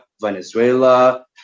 Venezuela